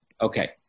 Okay